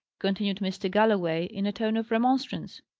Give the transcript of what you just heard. continued mr. galloway, in a tone of remonstrance.